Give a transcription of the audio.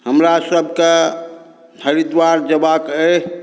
हमरासबके हरिद्वार जेबाके अइ